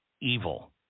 evil